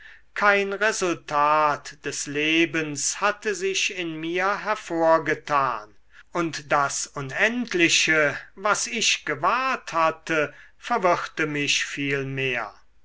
kein resultat des lebens hatte sich in mir hervorgetan und das unendliche was ich gewahrt hatte verwirrte mich